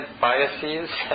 biases